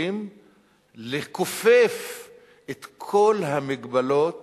צריכים לכופף את כל המגבלות